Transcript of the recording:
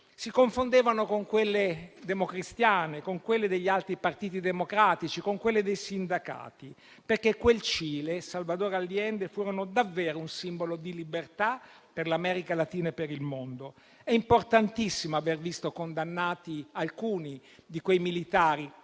si confondevano con quelle democristiane, con quelle degli altri partiti democratici, con quelle dei sindacati, perché quel Cile e Salvador Allende furono davvero un simbolo di libertà per l'America Latina e per il mondo. È importantissimo aver visto condannati alcuni di quei militari,